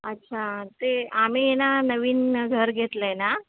अच्छा ते आम्ही ना नवीन घर घेतलं आहे ना